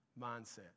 mindset